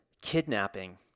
kidnapping